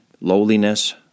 lowliness